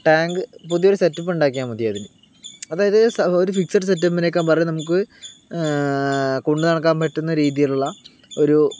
tank പുതിയ ഒരു setup ഉണ്ടാക്കിയാൽ മതി അതിന് അതായത് ഒരു ഫിക്സഡ് സെറ്റപ്പിനേക്കാൾ പകരം നമുക്ക് കൊണ്ടുനടക്കാൻ പറ്റുന്ന രീതിയിലുള്ള ഒരു